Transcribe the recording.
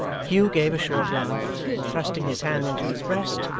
hugh gave a short laugh, and thrusting his hand into his breast,